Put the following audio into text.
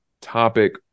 topic